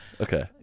Okay